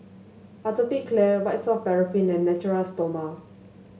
Atopiclair White Soft Paraffin and Natura Stoma